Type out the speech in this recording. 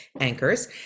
anchors